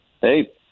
Hey